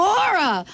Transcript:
Laura